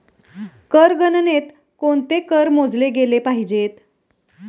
कर गणनेत कोणते कर मोजले गेले पाहिजेत?